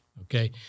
Okay